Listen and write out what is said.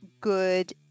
good